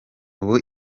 ubu